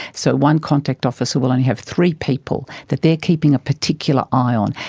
so one contact officer will only have three people that they are keeping a particular eye on.